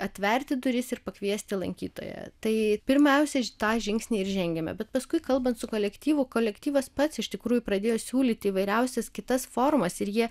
atverti duris ir pakviesti lankytoją tai pirmiausiai tą žingsnį žengiame bet paskui kalbant su kolektyvu kolektyvas pats iš tikrųjų pradėjo siūlyti įvairiausias kitas formas ir jie